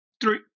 Three